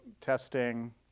testing